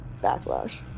backlash